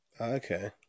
Okay